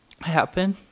happen